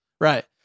right